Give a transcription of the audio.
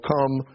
come